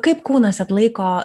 kaip kūnas atlaiko